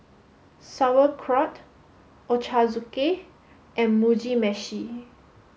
Sauerkraut Ochazuke and Mugi Meshi